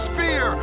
fear